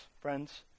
friends